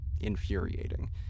infuriating